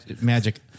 magic